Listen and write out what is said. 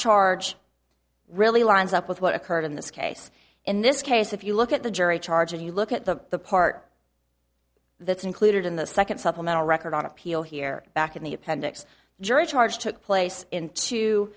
charge really lines up with what occurred in this case in this case if you look at the jury charge when you look at the the part that's included in the second supplemental record on appeal here back in the appendix jury charge took place in two